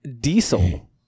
diesel